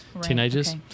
teenagers